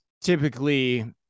typically